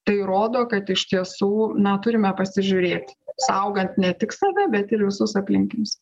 tai rodo kad iš tiesų na turime pasižiūrėt saugant ne tik save bet ir visus aplinkinius